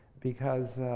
because